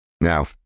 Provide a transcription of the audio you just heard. now